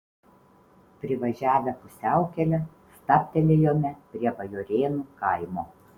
privažiavę pusiaukelę stabtelėjome prie bajorėnų kaimo